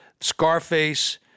Scarface